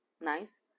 nice